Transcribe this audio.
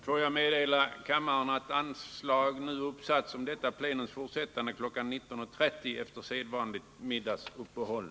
Jag får meddela kammaren att anslag nu uppsatts om detta plenums fortsättande kl. 19.30 efter sedvanligt middagsuppehåll.